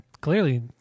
clearly